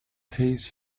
haste